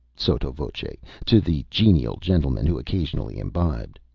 sotto-voce, to the genial gentleman who occasionally imbibed.